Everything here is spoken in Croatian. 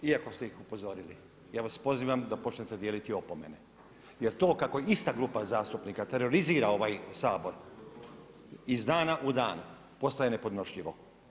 Iako ste ih upozorili, ja vas pozivam da počnete dijeliti opomene, jer to kako ista grupa zastupnika terorizira ovaj Sabor, iz dana u dan, postaje nepodnošljivo.